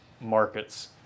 markets